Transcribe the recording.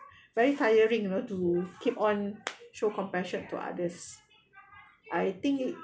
very tiring you know to keep on show compassion to others I think